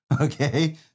Okay